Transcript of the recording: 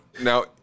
Now